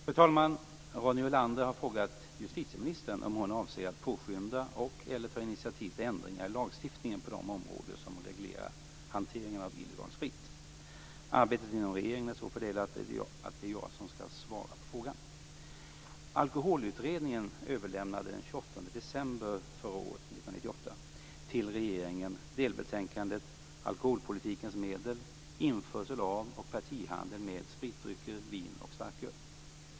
Fru talman! Ronny Olander har frågat justitieministern om hon avser att påskynda eller ta initiativ till ändringar i lagstiftningen på de områden som reglerar hanteringen av illegal sprit. Arbetet inom regeringen är så fördelat att det är jag som skall svara på frågan.